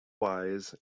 wise